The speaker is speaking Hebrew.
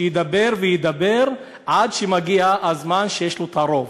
שידבר וידבר עד שמגיע הזמן שיש לו את הרוב.